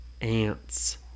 ants